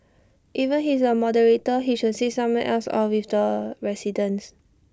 even he is A moderator he should sit somewhere else or with the residents